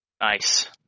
Nice